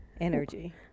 energy